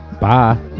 Bye